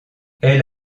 elle